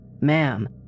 Ma'am